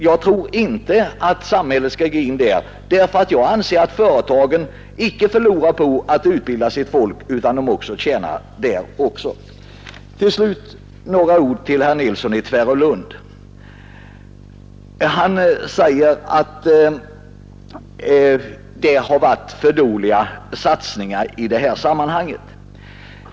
Jag tror inte att samhället skall gå in med ett sådant bidrag, ty jag anser att företagen icke förlorar utan tjänar på att utbilda sitt folk. Till slut några ord till herr Nilsson i Tvärålund. Han säger att det varit för dåliga satsningar i detta sammanhang.